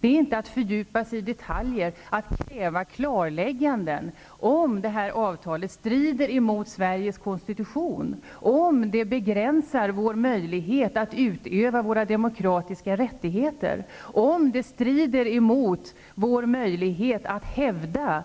Det är inte att fördjupa sig i detaljer att kräva klarlägganden om huruvida detta avtal strider emot Sveriges konstitution, om det begränsar vår möjlighet att utöva våra demokratiska rättigheter och om det strider mot vår möjlighet att hävda